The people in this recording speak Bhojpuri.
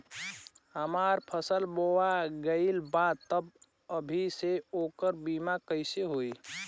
हमार फसल बोवा गएल बा तब अभी से ओकर बीमा कइसे होई?